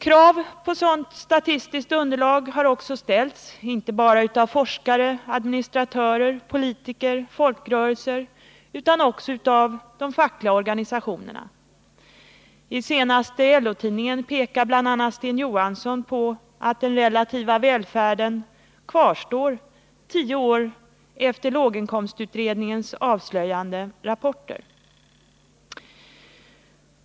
Krav på sådant statistiskt underlag har också ställts, inte bara av forskare och administratörer samt av politiker och folkrörelser utan också av de fackliga organisationerna. I senaste LO-tidningen pekar bl.a. Sten Johansson på att den relativa ofärden kvarstår tio år efter låginkomstutredningens avslöjande rapporter.